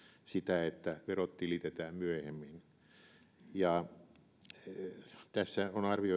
sitä että verot tilitetään myöhemmin ja tässä on arvioitu että nämä erilaiset